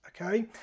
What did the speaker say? okay